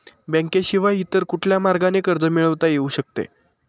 बँकेशिवाय इतर कुठल्या मार्गाने कर्ज मिळविता येऊ शकते का?